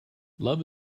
love